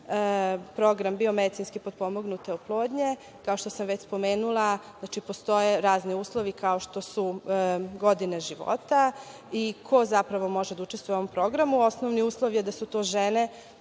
program biomedicinski potpomognuta oplodnja. Kao što sam već spomenula, postoje razni uslovi, kao što su godine života i ko zapravo može da učestvuje u tom programu. Osnovni uslov je da su to žene